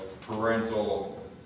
parental